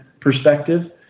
perspective